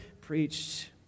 preached